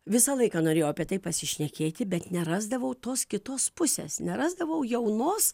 visą laiką norėjau apie tai pasišnekėti bet nerasdavau tos kitos pusės nerasdavau jaunos